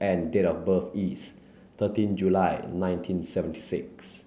and date of birth is thirteen July nineteen seventy six